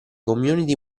community